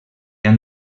han